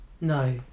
No